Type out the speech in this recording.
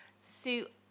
suit